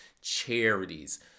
charities